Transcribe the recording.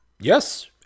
Yes